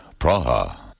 Praha